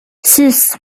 six